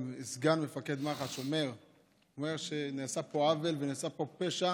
אם סגן מפקד מח"ש אמר שנעשה פה עוול ונעשה פה פשע,